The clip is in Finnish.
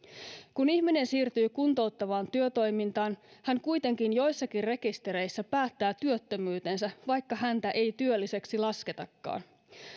kun ihminen siirtyy kuntouttavaan työtoimintaan hän kuitenkin joissakin rekistereissä päättää työttömyytensä vaikka häntä ei työlliseksi lasketakaan